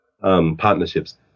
partnerships